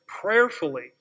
prayerfully